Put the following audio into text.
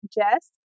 Jess